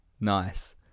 nice